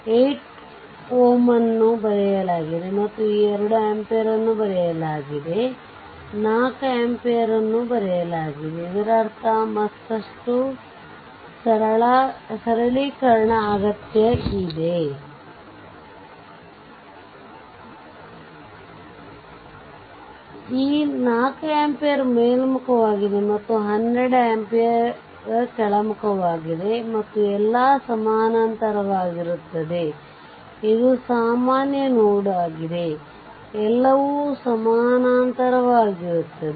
ಈ 8 Ω ಅನ್ನು ಬರೆಯಲಾಗಿದೆ ಮತ್ತು ಈ 2 ಆಂಪಿಯರ್ ಅನ್ನು ಬರೆಯಲಾಗಿದೆ ಮತ್ತು ಈ 4 ಆಂಪಿಯರ್ ಅನ್ನು ಬರೆಯಲಾಗಿದೆ ಇದರರ್ಥ ಮತ್ತಷ್ಟು ಸರಳೀಕರಣ ಅಗತ್ಯ ಇದೆ ಈ 4 ಆಂಪಿಯರ್ ಮೇಲ್ಮುಖವಾಗಿದೆ ಮತ್ತು 12 ಆಂಪಿಯರ್ 2 ಆಂಪಿಯರ್ ಕೆಳಮುಖವಾಗಿದೆ ಮತ್ತು ಎಲ್ಲಾ ಸಮಾನಾಂತರವಾಗಿರುತ್ತದೆ ಇದು ಸಾಮಾನ್ಯ ನೋಡ್ ಆಗಿದೆ ಎಲ್ಲವೂ ಸಮಾನಾಂತರವಾಗಿರುತ್ತವೆ